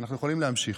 אנחנו יכולים להמשיך?